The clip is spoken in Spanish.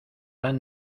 tan